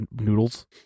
Noodles